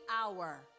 hour